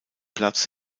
platz